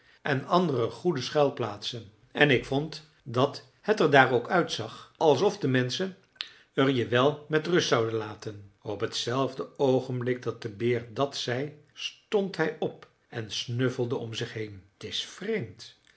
en andere goede schuilplaatsen en ik vond dat het er daar ook uitzag alsof de menschen er je wel met rust zouden laten op t zelfde oogenblik dat de beer dat zei stond hij op en snuffelde om zich heen t is vreemd